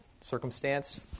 circumstance